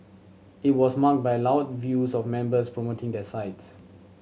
it was marked by loud views of members promoting their sides